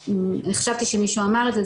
אני חשבתי שמישהו אמר את זה,